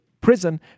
prison